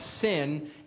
sin